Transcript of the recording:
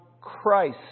Christ